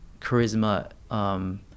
charisma